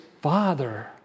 Father